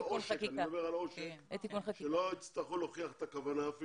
עושק כך שבמקרים כאלה לא יצטרכו להוכיח את הכוונה,